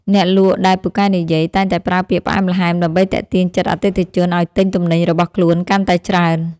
អ្នកលក់ដែលពូកែនិយាយតែងតែប្រើពាក្យផ្អែមល្ហែមដើម្បីទាក់ទាញចិត្តអតិថិជនឱ្យទិញទំនិញរបស់ខ្លួនកាន់តែច្រើន។